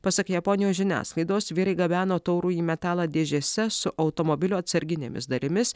pasak japonijos žiniasklaidos vyrai gabeno taurųjį metalą dėžėse su automobilių atsarginėmis dalimis